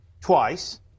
twice